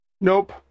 Nope